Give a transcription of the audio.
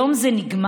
היום זה נגמר.